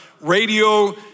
radio